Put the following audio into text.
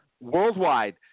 Worldwide